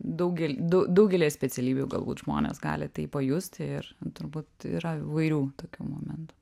daugel dau daugelyje specialybių galbūt žmonės gali tai pajusti ir turbūt yra įvairių tokių momentų